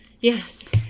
yes